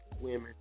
Women